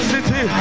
City